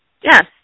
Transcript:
Yes